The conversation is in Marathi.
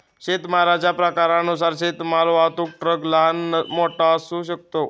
शेतमालाच्या प्रकारानुसार शेतमाल वाहतूक ट्रक लहान, मोठा असू शकतो